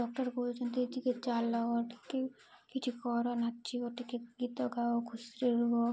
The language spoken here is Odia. ଡକ୍ଟର୍ କହୁନ୍ତି ଟିକେ ଚାଲ ଟିକେ କିଛି କର ନାଚିବ ଟିକେ ଗୀତ ଗାଅ ଖୁସିରେ ରୁହ